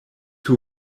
two